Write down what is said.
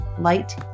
light